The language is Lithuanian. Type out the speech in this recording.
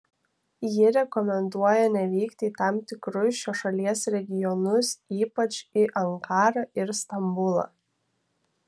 ji rekomenduoja nevykti į tam tikrus šios šalies regionus ypač į ankarą ir stambulą